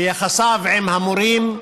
ביחסיו עם המורים,